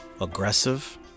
aggressive